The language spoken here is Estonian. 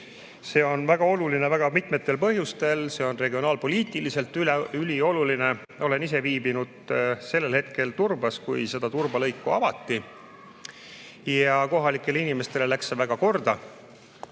See on väga oluline mitmetel põhjustel. See on regionaalpoliitiliselt ülioluline. Olen ise viibinud sellel hetkel Turbas, kui seda Turba lõiku avati. Kohalikele inimestele läks see väga korda. Selles